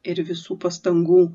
ir visų pastangų